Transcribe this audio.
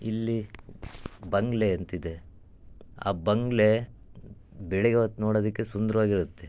ಇಲ್ಲಿ ಬಂಗಲೆ ಅಂತಿದೆ ಆ ಬಂಗಲೆ ಬೆಳಿಗ್ಗೆ ಹೊತ್ತು ನೋಡೋದಕ್ಕೆ ಸುಂದ್ರವಾಗಿ ಇರುತ್ತೆ